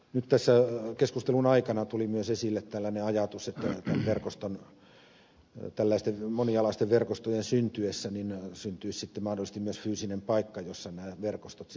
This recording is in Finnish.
nyt tässä keskustelun aikana tuli myös esille tällainen ajatus että tällaisten monialaisten verkostojen syntyessä syntyisi sitten mahdollisesti myös fyysinen paikka jossa nämä verkostot sitten toimisivat